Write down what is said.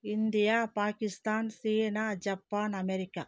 India Pakistan China Japan America